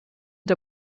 der